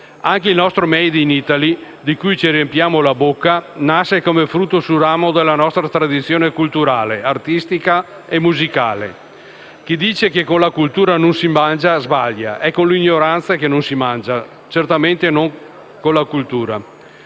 Anche il nostro *made in Italy*, di cui ci riempiamo la bocca, nasce come frutto sul ramo della nostra tradizione culturale, artistica e musicale. Chi dice che con la cultura non si mangia sbaglia. È con l'ignoranza che non si mangia, e non certamente con la cultura.